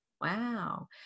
Wow